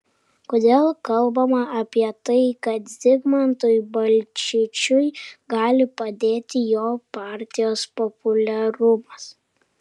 kodėl kalbama apie tai kad zigmantui balčyčiui gali padėti jo partijos populiarumas